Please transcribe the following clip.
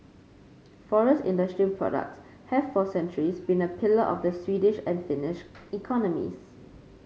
forest industry products have for centuries been a pillar of the Swedish and Finnish economies